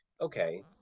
okay